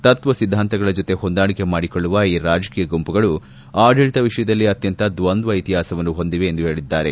ತತ್ವ ಸಿದ್ದಾಂತಗಳ ಜೊತೆ ಹೊಂದಾಣಿಕೆ ಮಾಡಿಕೊಳ್ಳುವ ಈ ರಾಜಕೀಯ ಗುಂಪುಗಳು ಆಡಳಿತ ವಿಷಯದಲ್ಲಿ ಅತ್ಯಂತ ದ್ವಂದ್ವ ಇತಿಹಾಸವನ್ನು ಹೊಂದಿವೆ ಎಂದು ಅವರು ಹೇಳಿದ್ದಾರೆ